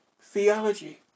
theology